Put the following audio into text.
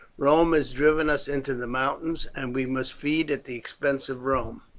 rome has driven us into the mountains, and we must feed at the expense of rome.